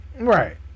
right